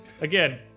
Again